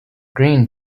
greene